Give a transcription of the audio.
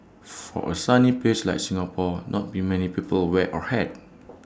for A sunny place like Singapore not be many people wear A hat